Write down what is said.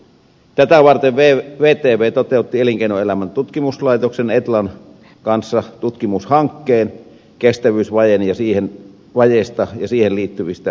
tätä varten vtv toteutti elinkeinoelämän tutkimuslaitoksen etlan kanssa tutkimushankkeen kestävyysvajeesta ja siihen liittyvistä epävarmuuksista